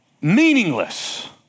meaningless